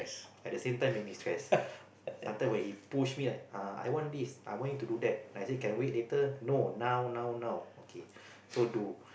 at the same time maybe stress sometimes when he push me like ah I want this I want you to do that I say can wait later no now now now okay so do